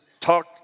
talk